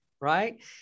right